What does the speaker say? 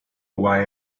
why